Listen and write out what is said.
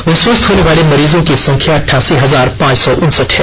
वहीं स्वस्थ होने वाले मरीजों की संख्या अटठासी हजार पांच सौ उनसठ है